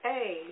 Hey